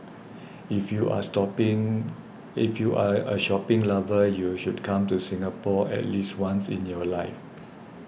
if you are stopping if you are a shopping lover you should come to Singapore at least once in your life